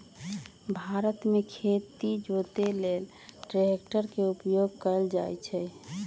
भारत मे खेती जोते लेल ट्रैक्टर के उपयोग कएल जाइ छइ